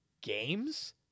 games